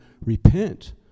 repent